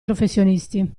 professionisti